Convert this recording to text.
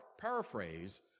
paraphrase